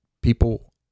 people